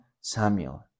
Samuel